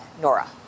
Nora